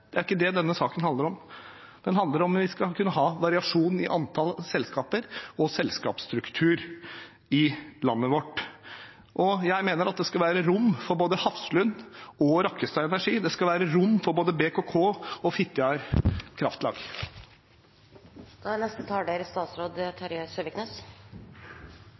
det være her uansett. Det er ikke det denne saken handler om. Den handler om hvorvidt vi skal kunne ha variasjon i antallet selskaper og i selskapsstruktur i landet vårt. Jeg mener det skal være rom for både Hafslund og Rakkestad Energi. Det skal være rom for både BKK og Fitjar Kraftlag. Alle er